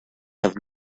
have